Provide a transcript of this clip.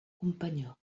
companyó